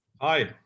Hi